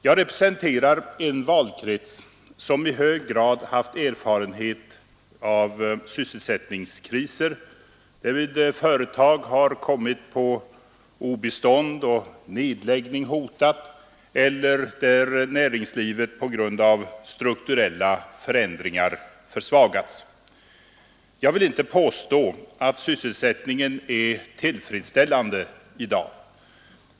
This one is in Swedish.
Jag representerar en valkrets som i hög grad haft erfarenheter av sysselsättningskriser, varvid företag har kommit på obestånd och nedläggning hotat eller varvid näringslivet på grund av strukturella förändringar försvagats. Jag vill inte påstå att sysselsättningen är tillfredsställande i dag.